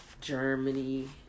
Germany